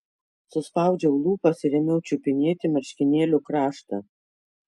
suspaudžiau lūpas ir ėmiau čiupinėti marškinėlių kraštą